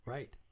Right